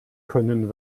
können